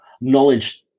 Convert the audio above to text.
knowledge